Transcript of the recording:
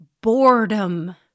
boredom